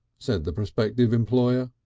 said the prospective employer.